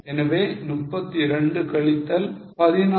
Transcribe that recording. எனவே 32 கழித்தல் 16